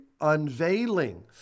unveiling